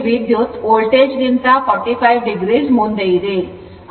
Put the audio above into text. ಇಲ್ಲಿ ವಿದ್ಯುತ್ ವೋಲ್ಟೇಜ್ ಗಿಂತ 45 o ಮುಂದೆ ಇದೆ